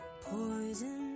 Poison